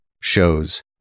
shows